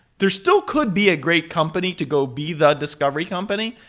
there's still could be a great company to go be the discovery company,